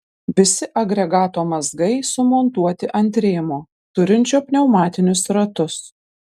visi agregato mazgai sumontuoti ant rėmo turinčio pneumatinius ratus